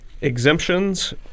exemptions